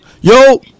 yo